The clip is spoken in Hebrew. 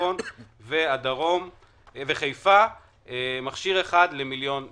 תושבים ובחיפה מכשיר אחד למיליון תושבים.